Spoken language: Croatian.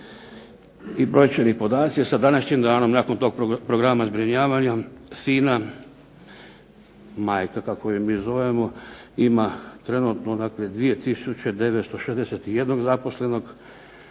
I brojčani podaci, sa današnjim danom nakon tog programa zbrinjavanja FINA – majka kako je mi zovemo, ima trenutno dakle 2961 zaposlenog,